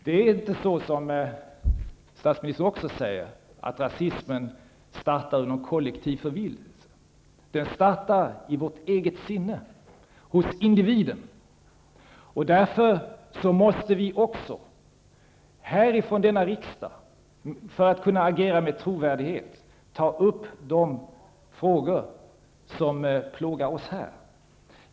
Det är inte så som statsministern sade att rasismen startade i någon kollektiv förvillelse. Den startar i vårt eget sinne, hos individen. Därför måste vi även i detta fall, för att kunna agera med trovärdighet, ta upp de frågor som plågar oss här.